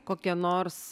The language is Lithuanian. kokia nors